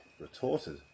retorted